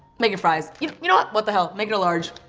make it fries. you you know, what the hell, make it a large.